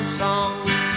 songs